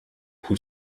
who